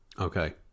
Okay